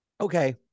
okay